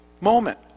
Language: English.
moment